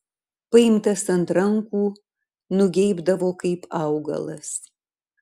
paimtas ant rankų nugeibdavo kaip augalas